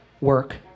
work